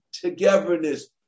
togetherness